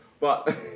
But-